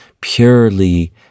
purely